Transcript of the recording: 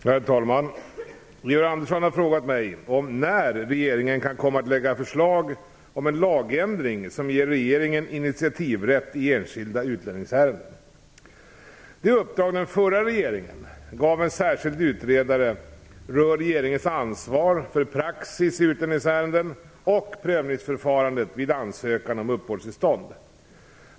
Herr talman! Georg Andersson har frågat mig om när regeringen kan komma att lägga fram förslag om en lagändring som ger regeringen initiativrätt i enskilda utlänningsärenden. Det uppdrag den förra regeringen gav en särskild utredare rör regeringens ansvar för praxis i utlänningsärenden och prövningsförfarandet vid ansökan om uppehållstillstånd.